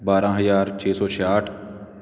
ਬਾਰਾਂ ਹਜ਼ਾਰ ਛੇ ਸੌ ਛਿਆਹਠ